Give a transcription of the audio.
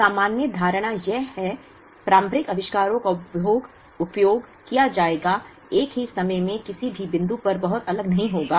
तो सामान्य धारणा यह है प्रारंभिक आविष्कारों का उपयोग किया जाएगा एक ही समय में किसी भी बिंदु पर बहुत अलग नहीं होगा